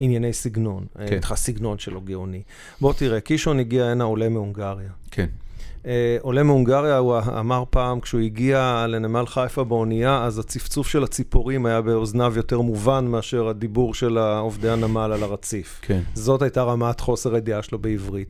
ענייני סגנון, איך הסגנון שלו גאוני. בוא תראה, קישון הגיע הנה עולה מהונגריה. כן. עולה מהונגריה, הוא אמר פעם, כשהוא הגיע לנמל חיפה באונייה, אז הצפצוף של הציפורים היה באוזניו יותר מובן, מאשר הדיבור של עובדי הנמל על הרציף. כן. זאת הייתה רמת חוסר הידיעה שלו בעברית.